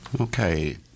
Okay